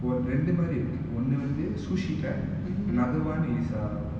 one ரெண்டு மாரி இருக்கு ஒன்னு வந்து:rendu maari iruku onnu vanthu sushi cut another one is uh